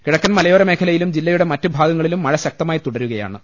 കിഴക്കൻ മലയോര മേഖല യിലും ജില്ലയുടെ മറ്റു ഭാഗങ്ങളിലും മൃഴ ശക്തമായി തുടരുകയാ ണ്